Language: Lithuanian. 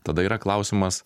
tada yra klausimas